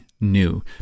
new